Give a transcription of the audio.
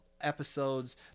episodes